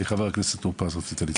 חבר הכנסת טור פז, רצית להתייחס.